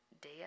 day